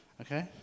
Okay